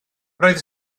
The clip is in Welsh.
roedd